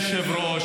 אדוני היושב-ראש,